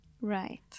Right